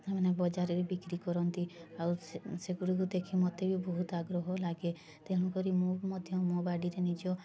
ସେମାନେ ବଜାରରେ ବିକ୍ରୀ କରନ୍ତି ଆଉ ସେ ସେଗୁଡ଼ିକୁ ଦେଖି ମତେ ବି ବହୁତ ଆଗ୍ରହ ଲାଗେ ତେଣୁକରି ମୁଁ ମଧ୍ୟ ମୋ ବାଡ଼ିରେ ନିଜ